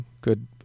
good